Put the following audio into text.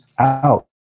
out